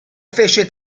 fece